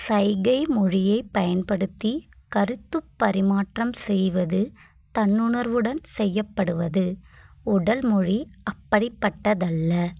சைகை மொழியைப் பயன்படுத்தி கருத்துப்பரிமாற்றம் செய்வது தன்னுணர்வுடன் செய்யப்படுவது உடல் மொழி அப்படிப்பட்டதல்ல